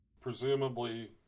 Presumably